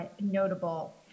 notable